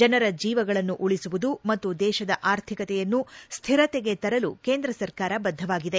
ಜನರ ಜೀವಗಳನ್ನು ಉಳಿಸುವುದು ಮತ್ತು ದೇಶದ ಆರ್ಥಿಕತೆಯನ್ನು ಸ್ವಿರತೆಗೆ ತರಲು ಕೇಂದ್ರ ಸರ್ಕಾರ ಬದ್ದವಾಗಿದೆ